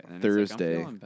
Thursday